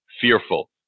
fearful